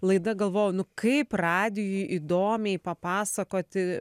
laida galvoju nu kaip radijuj įdomiai papasakoti